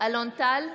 אלון טל,